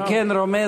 אני כן רומז,